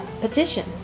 petition